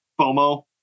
FOMO